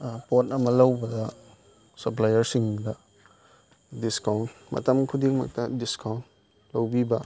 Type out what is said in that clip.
ꯄꯣꯠ ꯑꯃ ꯂꯧꯕꯗ ꯁꯞꯄ꯭ꯂꯥꯏꯌꯔꯁꯤꯡꯗ ꯗꯤꯁꯀꯥꯎꯟ ꯃꯇꯝ ꯈꯨꯗꯤꯡꯃꯛꯇ ꯗꯤꯁꯀꯥꯎꯟ ꯂꯧꯕꯤꯕ